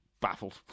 baffled